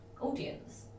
audience